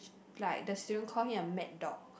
like the student call him a mad dog